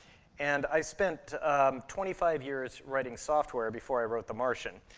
and i spent twenty five years writing software before i wrote the martian.